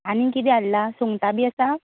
आनीक कितें हाडला सुंगटां बी आसा